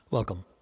Welcome